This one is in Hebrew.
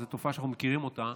זה תופעה שאנחנו מכירים אותה.